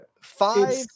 Five